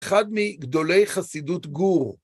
אחד מגדולי חסידות גור.